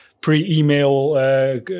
pre-email